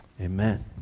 amen